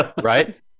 Right